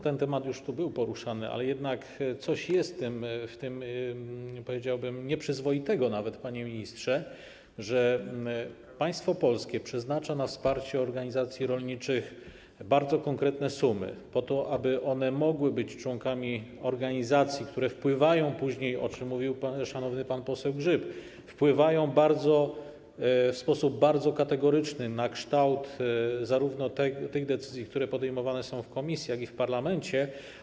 Ten temat już tu był poruszany, ale jednak coś jest w tym, powiedziałbym, nawet nieprzyzwoitego, panie ministrze, że państwo polskie przeznacza na wsparcie organizacji rolniczych bardzo konkretne sumy, po to aby one mogły być członkami organizacji, które wpływają później, o czym mówił szanowny pan poseł Grzyb, a wpływają w sposób bardzo kategoryczny na kształt decyzji, które są podejmowane zarówno w Komisji, jak i w Parlamencie.